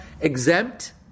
exempt